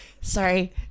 sorry